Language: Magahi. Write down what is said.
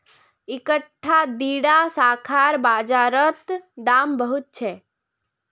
इकट्ठा दीडा शाखार बाजार रोत दाम बहुत छे